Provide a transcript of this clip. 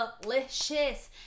delicious